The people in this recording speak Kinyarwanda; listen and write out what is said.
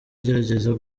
agerageza